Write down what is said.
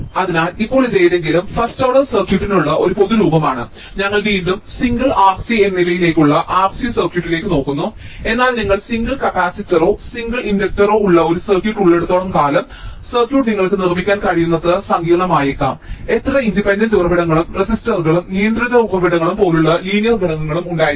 അതിനാൽ ഇപ്പോൾ ഇത് ഏതെങ്കിലും ഫസ്റ്റ് ഓർഡർ സർക്യൂട്ടിനുള്ള ഒരു പൊതു രൂപമാണ് ഞങ്ങൾ വീണ്ടും സിംഗിൾ R C എന്നിവയിലേക്കുള്ള RC സർക്യൂട്ടിലേക്ക് നോക്കുന്നു എന്നാൽ നിങ്ങൾക്ക് സിംഗിൾ കപ്പാസിറ്ററോ സിംഗിൾ ഇൻഡക്ടറോ ഉള്ള ഒരു സർക്യൂട്ട് ഉള്ളിടത്തോളം കാലം സർക്യൂട്ട് നിങ്ങൾക്ക് നിർമ്മിക്കാൻ കഴിയുന്നത്ര സങ്കീർണ്ണമായേക്കാം നിങ്ങൾക്ക് എത്ര ഇൻഡിപെൻഡന്റ് ഉറവിടങ്ങളും റെസിസ്റ്ററുകളും നിയന്ത്രിത ഉറവിടങ്ങളും പോലുള്ള ലീനിയർ ഘടകങ്ങളും ഉണ്ടായിരിക്കാം